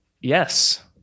yes